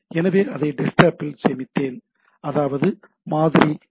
எனவே அதை டெஸ்க்டாப்பில் சேமித்தேன் அதாவது மாதிரி ஹெச்